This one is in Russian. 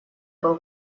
был